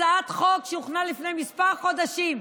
הצעת חוק שהוכנה לפני כמה חודשים.